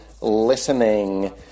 listening